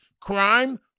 crime